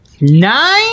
nine